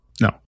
No